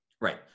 Right